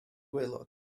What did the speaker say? gwaelod